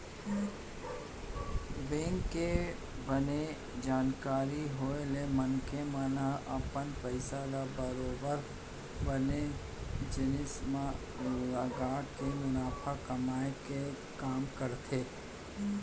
bank के बने जानकारी होय ले मनखे मन ह अपन पइसा ल बरोबर बने जिनिस म लगाके मुनाफा कमाए के काम करथे